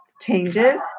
changes